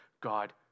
God